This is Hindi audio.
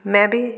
मैं भी